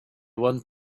want